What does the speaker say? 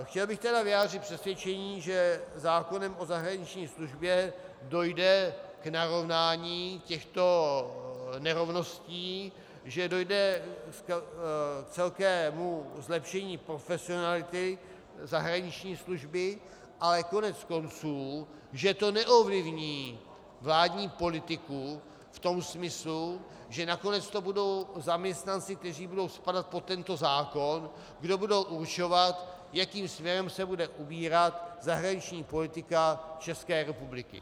Chtěl bych tedy vyjádřit přesvědčení, že zákonem o zahraniční službě dojde k narovnání těchto nerovností, že dojde k celkovému zlepšení profesionality zahraniční služby, ale koneckonců že to neovlivní vládní politiku v tom smyslu, že nakonec to budou zaměstnanci, kteří budou spadat pod tento zákon, kdo budou určovat, jakým směrem se bude ubírat zahraniční politika České republiky.